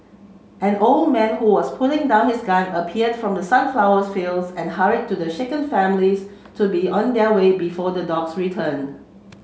an old man who was putting down his gun appeared from the sunflower fields and hurried the shaken families to be on their way before the dogs return